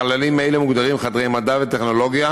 חללים אלה מוגדרים חדרי מדע וטכנולוגיה,